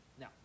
Now